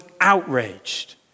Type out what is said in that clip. outraged